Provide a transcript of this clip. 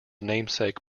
namesake